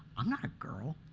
i'm not a girl.